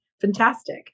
fantastic